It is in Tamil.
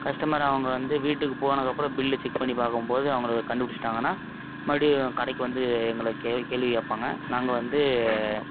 கஸ்டமர் அவங்க வந்து வீட்டுக்கு போனதுக்கப்புறம் பில்லு செக் பண்ணி பார்க்கும்போது அவங்களா கண்டுபுடிச்சுட்டாங்கன்னா மறுபுடியும் கடைக்கு வந்து எங்களை கேள்வி கேள்வி கேட்பாங்க நாங்கள் வந்து